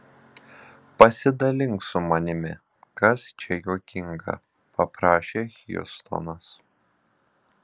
pasidalink su manimi kas čia juokinga paprašė hjustonas